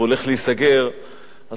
כתבתי בסטטוס אצלי,